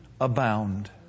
abound